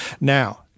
Now